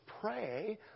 pray